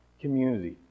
community